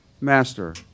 Master